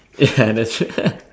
ya that's right